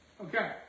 Okay